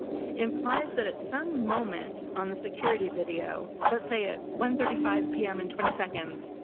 implies that at some moment on the security video, let's say at one thirty five pm and twenty seconds,